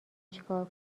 چیکار